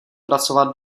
pracovat